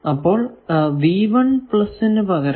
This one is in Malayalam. അപ്പോൾ നു പകരം